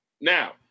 Now